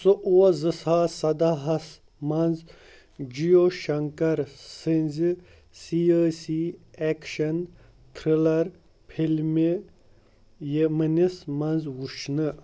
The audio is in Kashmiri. سُہ اوس زٕ ساس سداہس منز جیو شنکر سٕنٛزِ سیٲسی ایکشن تھرلر فلِمہِ یِمِنس منٛز وٕچھنہٕ